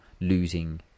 losing